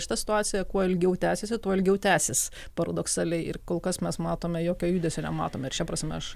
šita situacija kuo ilgiau tęsiasi tuo ilgiau tęsis paradoksaliai ir kol kas mes matome jokio judesio nematome šia prasme aš